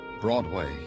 Broadway